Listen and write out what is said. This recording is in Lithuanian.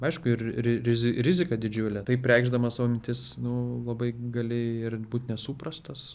aišku ir ri rizi rizika didžiulė taip reikšdamas savo mintis nu labai gali ir būt nesuprastas